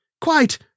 Quite